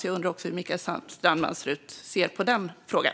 Jag undrar hur Mikael Strandman ser på den frågan.